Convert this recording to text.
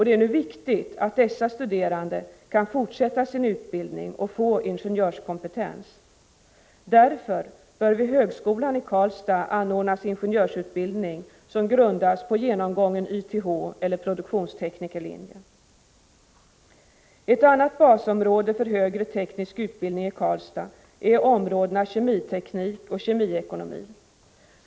Det är viktigt att dessa studerande kan fortsätta sin utbildning och få ingenjörskompetens. Därför bör vid högskolan i Karlstad anordnas ingenjörsutbildning som grundas på genomgången YTH eller produktionsteknikerlinje. Ett annat basområde för högre teknisk utbildning i Karlstad är områdena kemiteknik och kemiekonomi.